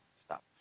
Stop